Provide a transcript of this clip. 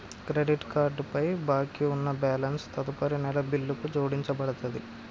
credit card పై బాకీ ఉన్న బ్యాలెన్స్ తదుపరి నెల బిల్లుకు జోడించబడతది